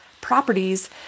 properties